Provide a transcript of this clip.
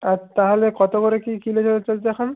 আর তাহলে কত করে কী কিলো চলছে এখন